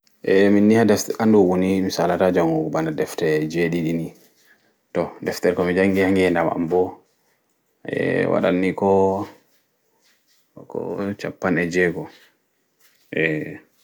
Eehh minni ha nɗuɓu ni mi salata jango ɓana ɗefte jeɗiɗi ni ɗefte komi jangi ha nɗe nɗam am ɓo waɗan ni ko cappan e jego